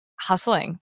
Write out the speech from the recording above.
hustling